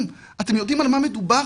אתם יודעים על מה מדובר?